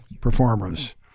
performers